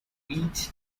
eat